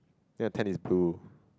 ya tent is blue